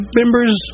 members